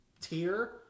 tier